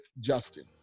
justin